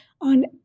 on